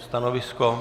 Stanovisko?